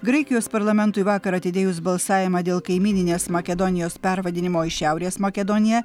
graikijos parlamentui vakar atidėjus balsavimą dėl kaimyninės makedonijos pervadinimo į šiaurės makedoniją